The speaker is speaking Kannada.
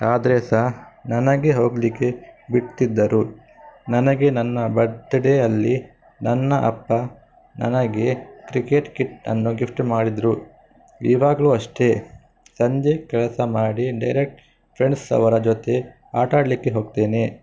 ಆದರೆ ಸಹ ನನಗೆ ಹೋಗಲಿಕ್ಕೆ ಬಿಡ್ತಿದ್ದರು ನನಗೆ ನನ್ನ ಬರ್ತಡೇಯಲ್ಲಿ ನನ್ನ ಅಪ್ಪ ನನಗೆ ಕ್ರಿಕೆಟ್ ಕಿಟ್ಟನ್ನು ಗಿಫ್ಟ್ ಮಾಡಿದರು ಈವಾಗಲೂ ಅಷ್ಟೆ ಸಂಜೆ ಕೆಲಸ ಮಾಡಿ ಡೈರೆಕ್ಟ್ ಫ್ರೆಂಡ್ಸ್ ಅವರ ಜೊತೆ ಆಟಾಡಲಿಕ್ಕೆ ಹೋಗ್ತೇನೆ